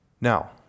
Now